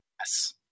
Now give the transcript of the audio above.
Yes